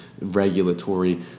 regulatory